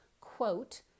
quote